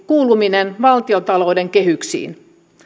kuuluminen valtiontalouden kehyksiin